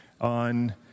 on